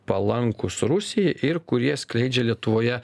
palankūs rusijai ir kurie skleidžia lietuvoje